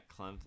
Clemson